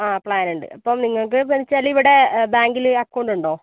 ആ പ്ലാനുണ്ട് അപ്പം നിങ്ങൾക്ക് ഇപ്പോൾ എന്നാൽ വെച്ചാലിവിടെ ബാങ്കിൽ ഈ അക്കൗണ്ട് ഉണ്ടോ